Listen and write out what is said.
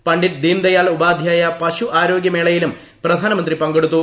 പണ്ഡിറ്റ് ദീൻദയാൽ ഉപാധ്യായ പശു ആരോഗ്യ മേളയിലും പ്രധാനമന്ത്രി പങ്കെടുത്തു